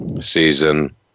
season